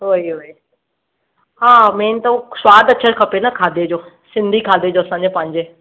उहो ई उहो ई हा मेन त उहो स्वादु अचणु खपे न खाधे जो सिंधी खाधे जो असां जे पंहिंजे